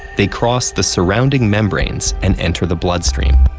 they cross the surrounding membranes and enter the bloodstream.